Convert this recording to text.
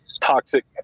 toxic